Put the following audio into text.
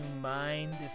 mind